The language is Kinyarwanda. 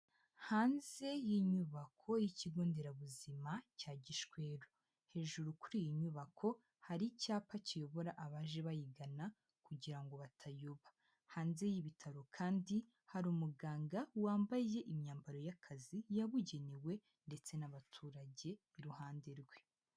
Hanze y'inyubako y'ikigo nderabuzima cya Gishweru, hejuru kuri iyi nyubako hari icyapa kiyobora abaje bayigana kugira ngo batayoba, hanze y'ibitaro kandi hari umuganga wambaye imyambaro y'akazi yabugenewe ndetse n'abaturage iruhande rwe.